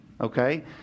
okay